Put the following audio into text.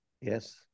Yes